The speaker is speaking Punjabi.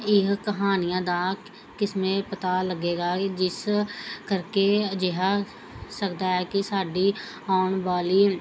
ਇਹ ਕਹਾਣੀਆਂ ਦਾ ਕਿਸਮੇ ਪਤਾ ਲੱਗੇਗਾ ਜਿਸ ਕਰਕੇ ਅਜਿਹਾ ਸਕਦਾ ਹੈ ਕਿ ਸਾਡੀ ਆਉਣ ਵਾਲੀ